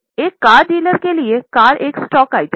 एक car dealer के लिए कार एक स्टॉक आइटम है